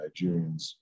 nigerians